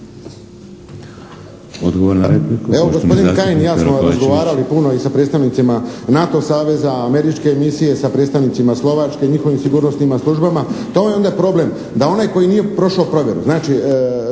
Odgovor na repliku,